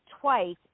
twice